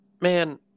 man